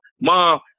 Mom